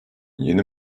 yeni